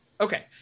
okay